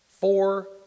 Four